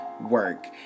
work